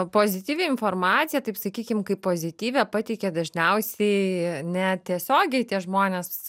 pozityvią informaciją taip sakykim kaip pozityvią pateikia dažniausiai ne tiesiogiai tie žmonės